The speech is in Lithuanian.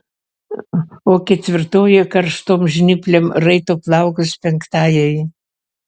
o ketvirtoji karštom žnyplėm raito plaukus penktajai